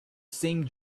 same